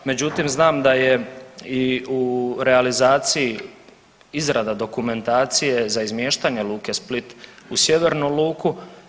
Međutim, znam da je i u realizaciji izrada dokumentacije za izmještanje luke Split u sjevernu luku.